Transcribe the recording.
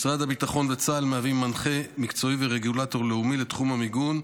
משרד הביטחון וצה"ל מהווים מנחה מקצועי ורגולטור לאומי לתחום המיגון,